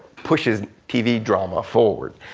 push his tv drama forward,